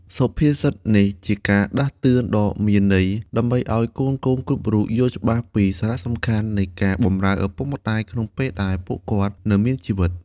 សុភាសិតនេះជាការដាស់តឿនដ៏មានន័យ ដើម្បីឲ្យកូនៗគ្រប់រូបយល់ច្បាស់ពីសារៈសំខាន់នៃការបម្រើឪពុកម្តាយក្នុងពេលដែលពួកគាត់នៅមានជីវិត។